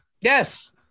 Yes